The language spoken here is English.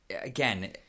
again